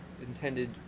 intended